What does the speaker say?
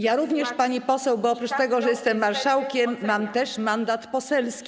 Ja również, pani poseł, bo oprócz tego, że jestem marszałkiem, mam też mandat poselski.